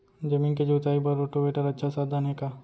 जमीन के जुताई बर रोटोवेटर अच्छा साधन हे का?